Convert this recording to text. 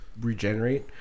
regenerate